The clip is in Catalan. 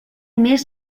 més